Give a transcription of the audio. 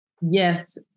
Yes